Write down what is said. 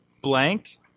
blank